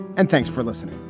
and thanks for listening